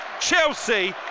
Chelsea